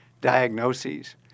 diagnoses